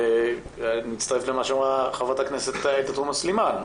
אני מצטרף למה שאמרה חברת הכנסת תומא סלימאן,